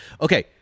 Okay